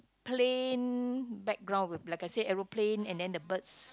plain background with like I say aeroplane and then the birds